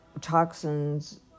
Toxins